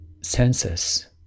senses